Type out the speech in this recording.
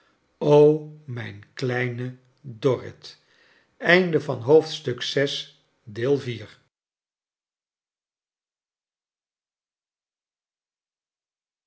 mijn kleine dorrit